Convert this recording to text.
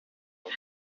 was